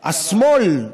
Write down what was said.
שהשמאל,